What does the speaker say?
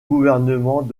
gouvernement